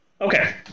Okay